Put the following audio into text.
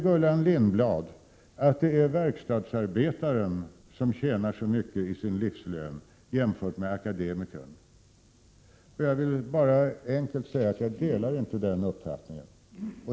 Gullan Lindblad säger att det är verkstadsarbetaren som har en hög livslön jämfört med akademikern. Jag vill bara enkelt säga att jag inte delar den uppfattningen.